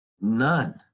None